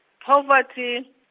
poverty